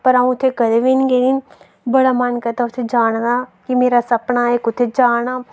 पर अ'ऊं उत्थै कदें बी निं गेदी बड़ा मन करदा उत्थै जाने दा कि मेरा सपना ऐ उत्थै जाना